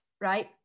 right